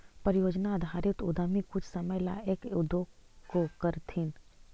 परियोजना आधारित उद्यमी कुछ समय ला एक उद्योग को करथीन